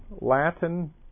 Latin